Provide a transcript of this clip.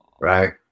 Right